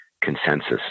consensus